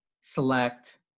select